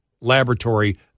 laboratory